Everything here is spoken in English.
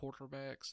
quarterbacks